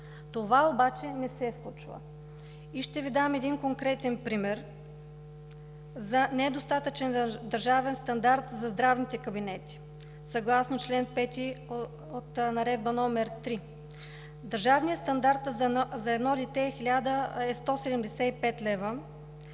Това обаче не се случва. Ще Ви дам един конкретен пример за недостатъчен държавен стандарт за здравните кабинети съгласно чл. 5 от Наредба № 3. Държавният стандарт за едно дете е 1175 лв.